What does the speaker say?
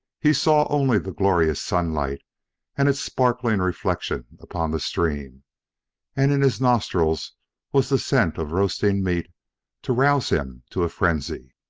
he saw only the glorious sunlight and its sparkling reflection upon the stream and in his nostrils was the scent of roasting meat to rouse him to a frenzy.